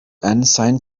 ensign